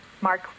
Mark